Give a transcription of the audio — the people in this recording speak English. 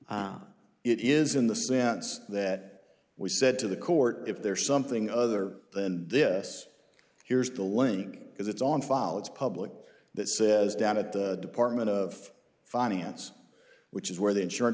it is in the sense that we said to the court if there is something other than this here's the link as it's on follett's public that says down at the department of finance which is where the insurance